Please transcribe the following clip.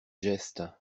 geste